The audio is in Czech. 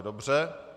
Dobře.